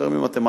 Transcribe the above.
יותר ממתמטיקה.